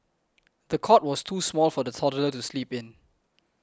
the cot was too small for the toddler to sleep in